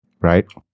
Right